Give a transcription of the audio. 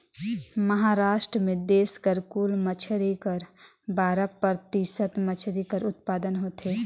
महारास्ट में देस कर कुल मछरी कर बारा परतिसत मछरी कर उत्पादन होथे